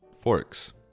forks